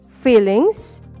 feelings